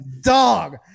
Dog